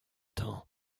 temps